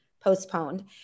postponed